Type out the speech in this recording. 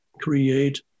create